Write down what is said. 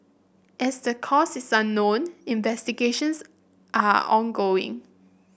as the cause is unknown investigations are ongoing